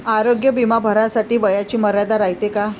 आरोग्य बिमा भरासाठी वयाची मर्यादा रायते काय?